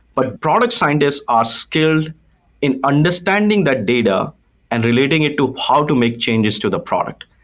but product scientists are skilled in understanding that data and relating it to how to make changes to the product.